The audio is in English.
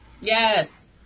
Yes